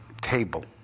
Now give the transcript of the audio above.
table